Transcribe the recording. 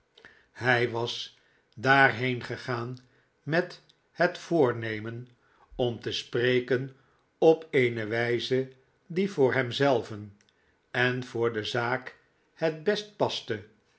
hij was daarheen gegaan met het voornemen om te spreken op eene wijze die voor hem zelven en voor de zaak het best paste